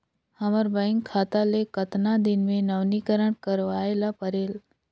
हमर बैंक खाता ले कतना दिन मे नवीनीकरण करवाय ला परेल?